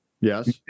Yes